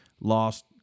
lost